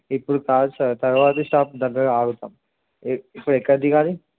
ఇప్పుడు కాదు సార్ తర్వాత స్టాప్ దగ్గర ఆగుతాం ఇప్పుడు ఎక్కడ దిగాలి